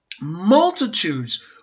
multitudes